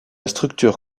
structure